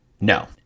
No